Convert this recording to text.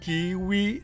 Kiwi